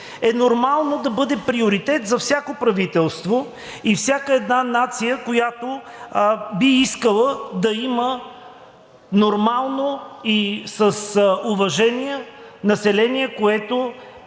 е нормално да бъде приоритет за всяко правителство и всяка една нация, която би искала да има нормално и с уважение население, което